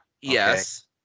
Yes